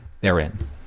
therein